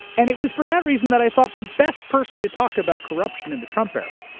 and it was for that reason that i thought the best person to talk about corruption in the trump era,